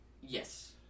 Yes